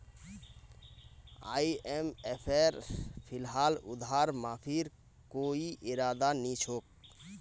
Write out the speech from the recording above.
आईएमएफेर फिलहाल उधार माफीर कोई इरादा नी छोक